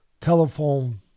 telephone